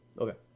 Okay